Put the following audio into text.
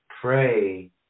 Pray